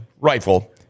rifle